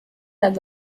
las